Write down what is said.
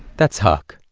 that's huck.